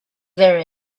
there